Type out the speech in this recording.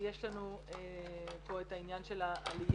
יש לנו פה את העניין של העלייה.